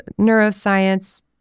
neuroscience